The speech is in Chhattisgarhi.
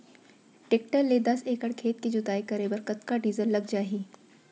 टेकटर ले दस एकड़ खेत के जुताई करे बर कतका डीजल लग जाही?